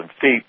feet